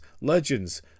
legends